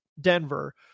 Denver